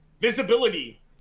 visibility